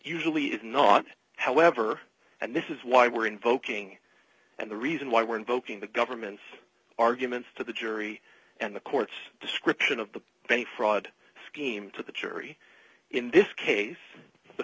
usually is not however and this is why we're invoking and the reason why we're invoking the government's argument to the jury and the courts description of the bank fraud scheme to the jury in this case the